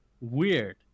weird